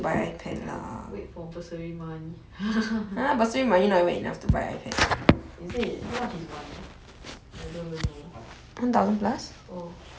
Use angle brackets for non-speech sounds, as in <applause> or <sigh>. time to time to buy wait for bursary money <laughs> is it how much is one